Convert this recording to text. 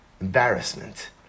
embarrassment